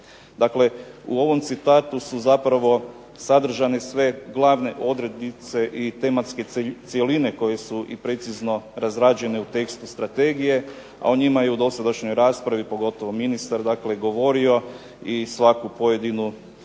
Dakle u ovom citatu su zapravo sadržane sve glavne odrednice i tematske cjeline koje su i precizno razrađene u tekstu strategije, a o njima je u dosadašnjoj raspravi, pogotovo ministar dakle govorio i svaku pojedinu